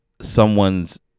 someone's